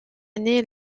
années